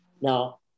now